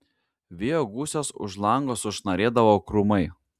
vėjo gūsiuos už lango sušnarėdavo krūmai